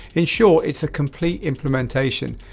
in short, it's a complete implementation,